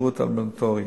בשירות האמבולטורי.